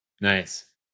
Nice